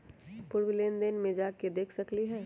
पूर्व लेन देन में जाके देखसकली ह?